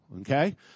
Okay